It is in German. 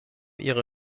ihre